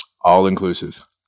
All-inclusive